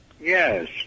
Yes